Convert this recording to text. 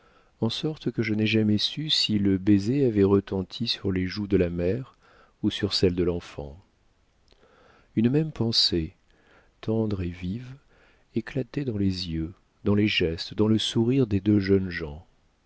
en sorte que je n'ai jamais su si le baiser avait retenti sur les joues de la mère ou sur celles de l'enfant une même pensée tendre et vive éclatait dans les yeux dans les gestes dans le sourire des deux jeunes gens